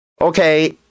Okay